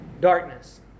darkness